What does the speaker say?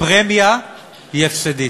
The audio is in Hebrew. הפרמיה היא הפסדית,